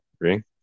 ring